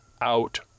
out